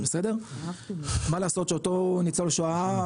מה לעשות שאותו ניצול שואה,